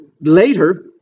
later